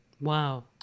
wow